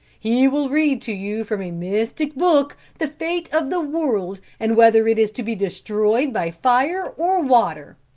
he will read to you, from a mystic book, the fate of the world and whether it is to be destroyed by fire or water.